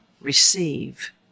Receive